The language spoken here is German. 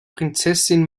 prinzessin